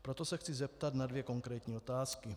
Proto se chci zeptat na dvě konkrétní otázky.